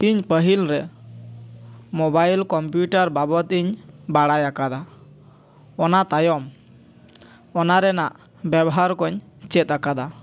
ᱤᱧ ᱯᱟᱹᱦᱤᱞ ᱨᱮ ᱢᱳᱵᱟᱭᱤᱞ ᱠᱳᱢᱯᱤᱭᱩᱴᱟᱨ ᱵᱟᱵᱚᱛ ᱤᱧ ᱵᱟᱲᱟᱭ ᱟᱠᱟᱫᱟ ᱚᱱᱟ ᱛᱟᱭᱚᱢ ᱚᱱᱟ ᱨᱮᱱᱟᱜ ᱵᱮᱣᱦᱟᱨ ᱠᱚᱧ ᱪᱮᱫ ᱟᱠᱟᱫᱟ